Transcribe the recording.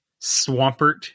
Swampert